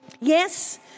Yes